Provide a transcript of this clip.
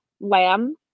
lamb